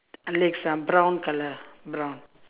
legs ah brown colour brown